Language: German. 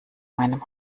meinem